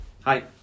Hi